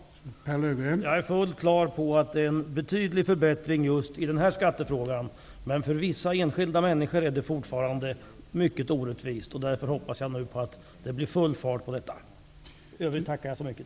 Jag är fullt på det klara med att det har skett en betydlig förbättring just i den här skattefrågan. Men för vissa enskilda människor är det fortfarande mycket orättvist. Därför hoppas jag nu att det skall bli full fart på detta. I övrigt tackar jag så mycket.